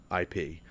IP